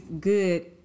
good